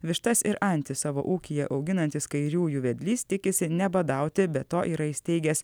vištas ir antis savo ūkyje auginantis kairiųjų vedlys tikisi nebadauti be to yra įsteigęs